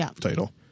title